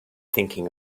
thinking